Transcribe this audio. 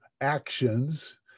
actions